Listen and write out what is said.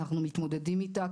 אנחנו מתמודדים איתה,